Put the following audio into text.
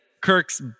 Kirk's